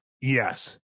Yes